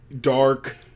Dark